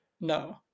No